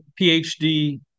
PhD